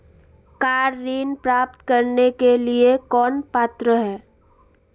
Car ऋण प्राप्त करने के लिए कौन पात्र है?